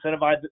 incentivize